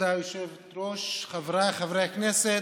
כבוד היושבת-ראש, חבריי חברי הכנסת,